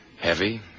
Heavy